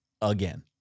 again